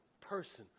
person